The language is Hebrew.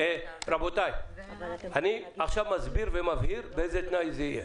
אני מבהיר עכשיו ומסביר באיזה תנאי זה יהיה.